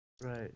Right